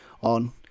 on